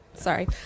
sorry